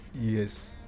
yes